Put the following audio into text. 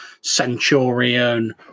Centurion